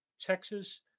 Texas